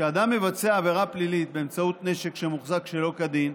כשאדם מבצע עבירה פלילית באמצעות נשק שמוחזק שלא כדין,